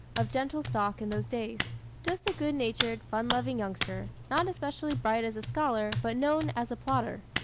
of gentle stock, in those days just a good-natured, fun-loving youngster, not especially bright as a scholar, but known as a plodder.